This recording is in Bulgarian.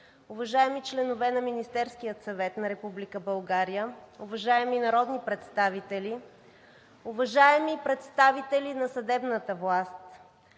уважаеми членове на Министерския съвет на Република България, уважаеми народни представители, уважаеми представители на съдебната власт,